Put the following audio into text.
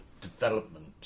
development